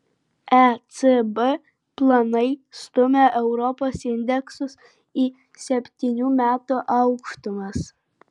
ecb planai stumia europos indeksus į septynių metų aukštumas